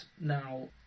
now